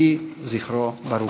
יהי זכרו ברוך.